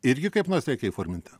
irgi kaip nors reikia įforminti